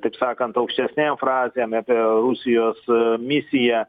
taip sakant aukštesnėm frazėm apie rusijos misiją